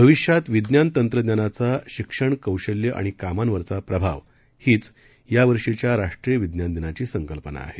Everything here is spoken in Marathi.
भविष्यात विज्ञान तंत्रज्ञानाचा शिक्षण कौशल्य आणि कामावरचा प्रभाव हीच यावर्षीच्या राष्ट्रीय विज्ञान दिनाची संकल्पना आहे